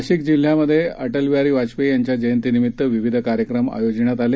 नाशिकजिल्ह्यातअटलबिहारीवाजपेयीयांच्याजयंतीनिमित्तविविधकार्यक्रमआयोजण्या तआले